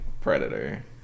predator